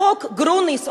חוק גרוניס,